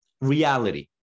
reality